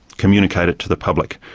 communicate it to the public.